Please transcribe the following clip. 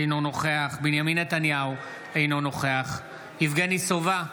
אינו נוכח בנימין נתניהו, אינו נוכח יבגני סובה,